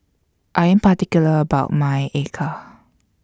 I Am particular about My Acar